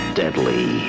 deadly